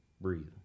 breathe